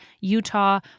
Utah